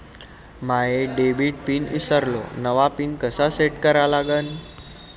माया debit pin ईसरलो, नवा pin कसा सेट करा लागन?